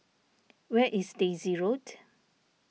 where is Daisy Road